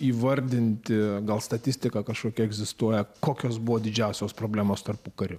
įvardinti gal statistiką kažkokia egzistuoja kokios buvo didžiausios problemos tarpukariu